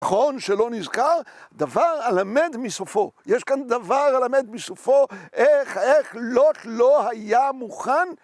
נכון שלא נזכר, דבר הלמד מסופו, יש כאן דבר הלמד מסופו, איך לוט לא היה מוכן.